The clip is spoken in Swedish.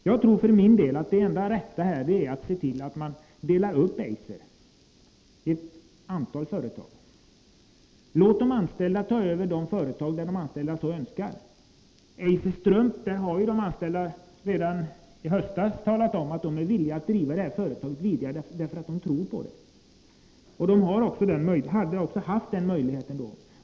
Jag tror för min del att det enda rätta är att se till att dela upp Eiser i ett antal företag. Låt de anställda ta över de delar där man så önskar. Redan i höstas talade de anställda i Eiser Strump om att de var villiga att driva företaget vidare, därför att de tror på det. De hade möjligheten då.